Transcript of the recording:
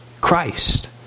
Christ